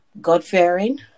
God-fearing